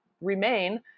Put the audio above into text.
remain